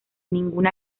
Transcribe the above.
ninguna